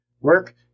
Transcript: work